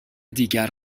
دیگر